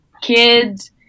kids